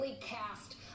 cast